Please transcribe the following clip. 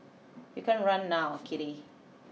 you can't run now Kitty